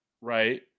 Right